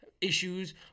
issues